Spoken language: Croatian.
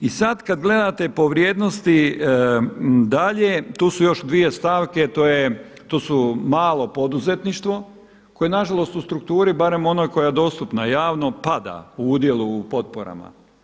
I sada kada gledate po vrijednosti dalje, tu su još dvije stavke, to su malo poduzetništvo koje nažalost u strukturi barem ona koja je dostupna javno pada u udjelu u potporama.